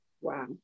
Wow